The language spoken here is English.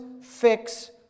fix